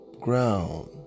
ground